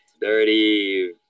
dirty